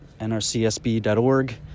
nrcsb.org